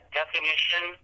definition